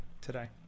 today